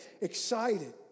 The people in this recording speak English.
excited